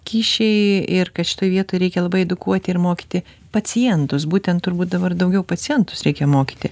kyšiai ir kad šitoj vietoj reikia labai edukuoti ir mokyti pacientus būtent turbūt dabar daugiau pacientus reikia mokyti